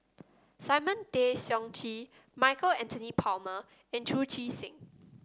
Simon Tay Seong Chee Michael Anthony Palmer and Chu Chee Seng